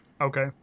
okay